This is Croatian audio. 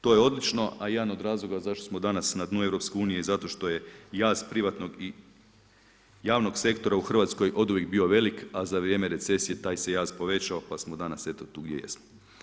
To je odlično a jedan od razloga zašto smo danas na dnu EU-a, zato što je jaz privatnog i javnog sektora u Hrvatskoj oduvijek bio velik a za vrijeme recesije taj se jaz povećao, pa smo danas eto tu gdje jesmo.